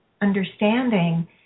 understanding